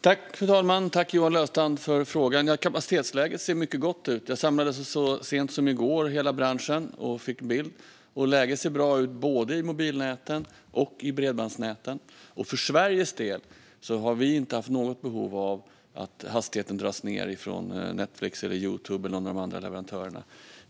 Fru talman! Tack, Johan Löfstrand, för frågan! Kapacitetsläget ser mycket gott ut. Så sent som i går samlade jag hela branschen och fick en bild. Läget ser bra ut både i mobilnäten och i bredbandsnäten. För Sveriges del har vi inte haft något behov av att Netflix, Youtube eller någon av de andra leverantörerna ska dra ned på hastigheten.